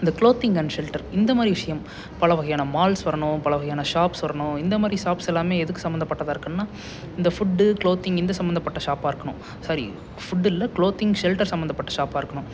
இந்த clothing and shelter இந்த மாதிரி விஷயம் பல வகையான மால்ஸ் வரணும் பல வகையான ஷாப்ஸ் வரணும் இந்த மாதிரி ஷாப்ஸ் எல்லாமே எதுக்கு சம்பந்தப்பட்டதா இருக்குன்னால் இந்த ஃபுட்டு க்ளோத்திங் இந்த சம்பந்தப்பட்ட ஷாப்பாக இருக்குணும் சாரி ஃபுட்டு இல்லை க்ளோத்திங் ஷெல்டர் சம்பந்தப்பட்ட ஷாப்பாக இருக்கணும்